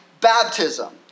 baptism